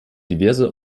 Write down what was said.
diverse